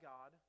God